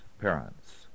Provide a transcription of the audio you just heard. parents